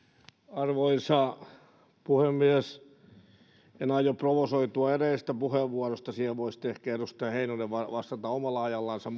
arvoisa puhemies en aio provosoitua edellisestä puheenvuorosta siihen voi sitten ehkä edustaja heinonen vastata omalla ajallansa